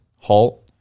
halt